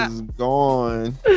gone